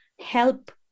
help